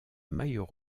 maillot